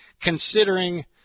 considering